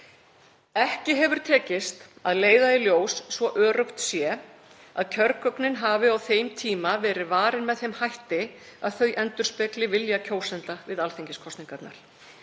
Ekki hefur tekist að leiða í ljós svo öruggt sé að kjörgögnin hafi á þeim tíma verið varin með þeim hætti að þau endurspegli vilja kjósenda við alþingiskosningarnar.